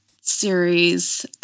series